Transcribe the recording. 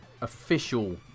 official